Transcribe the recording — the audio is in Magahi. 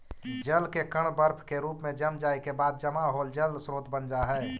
जल के कण बर्फ के रूप में जम जाए के बाद जमा होल जल स्रोत बन जा हई